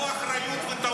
קחו אחריות ותעופו מפה.